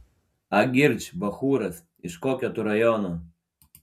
agirdž bachūras iš kokio tu rajono